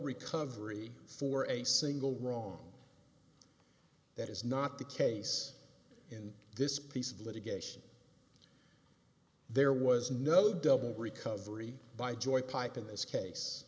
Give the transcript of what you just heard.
recovery for a single wrong that is not the case in this piece of litigation there was no double recovery by joy pike in this case